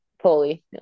Fully